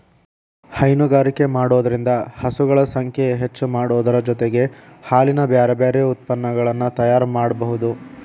ಹೈನುಗಾರಿಕೆ ಮಾಡೋದ್ರಿಂದ ಹಸುಗಳ ಸಂಖ್ಯೆ ಹೆಚ್ಚಾಮಾಡೋದರ ಜೊತೆಗೆ ಹಾಲಿನ ಬ್ಯಾರಬ್ಯಾರೇ ಉತ್ಪನಗಳನ್ನ ತಯಾರ್ ಮಾಡ್ಬಹುದು